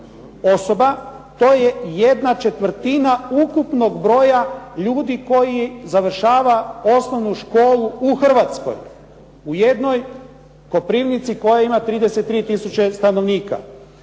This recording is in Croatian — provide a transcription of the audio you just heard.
osoba. To je jedna četvrtina ukupnog broja ljudi koji završava osnovnu školu u Hrvatskoj. U jednoj Koprivnici koja ima 33 tisuće stanovnika.